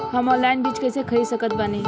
हम ऑनलाइन बीज कइसे खरीद सकत बानी?